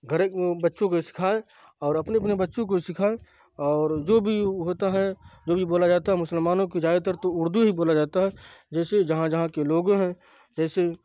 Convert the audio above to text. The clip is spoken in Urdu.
گھر ایک بچوں کو سکھائے اور اپنے اپنے بچوں کو سکھائیں اور جو بھی ہوتا ہے جو بھی بولا جاتا ہے مسلمانوں کی زیادہ تر تو اردو ہی بولا جاتا ہے جیسے جہاں جہاں کے لوگ ہیں جیسے